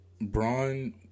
Braun